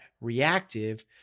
reactive